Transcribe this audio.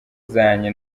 zanjye